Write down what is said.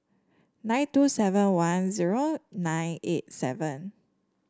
nine two seven one zero nine eight seven